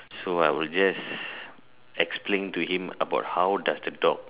so I will just explain to him about how does the dog